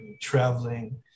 traveling